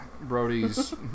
Brody's